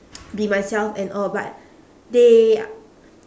be myself and all but they